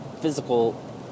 physical